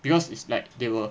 because it's like they will